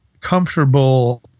comfortable